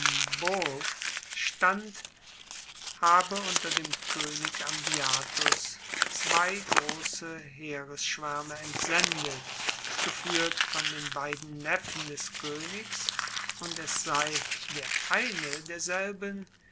stand habe unter dem koenig ambiatus zwei grosse heeresschwaerme entsendet gefuehrt von den beiden neffen des koenigs und es sei der eine derselben